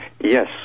Yes